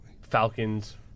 Falcons